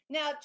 Now